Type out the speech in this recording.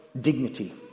dignity